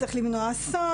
צריך למנוע אסון,